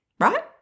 right